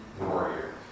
warrior